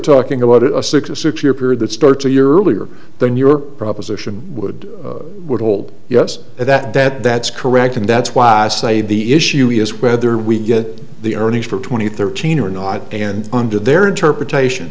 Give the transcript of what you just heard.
talking about it a six or six year period that starts a year earlier than your proposition would would hold yes that that that's correct and that's why i say the issue is whether we get the earnings for twenty thirteen or not and under their interpretation